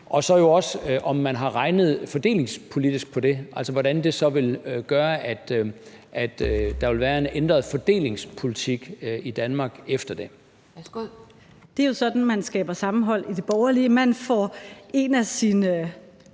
også spørge, om man har regnet fordelingspolitisk på det – altså hvordan det så vil gøre, at der vil være en ændret fordelingspolitik i Danmark efter det. Kl. 17:17 Anden næstformand (Pia Kjærsgaard): Værsgo.